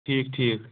ٹھیٖک ٹھیٖک